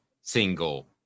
single